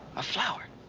a flower,